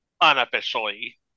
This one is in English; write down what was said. unofficially